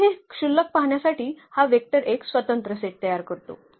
तर हे क्षुल्लक पहाण्यासाठी हा वेक्टर एक स्वतंत्र सेट तयार करतो